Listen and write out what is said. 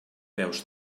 veus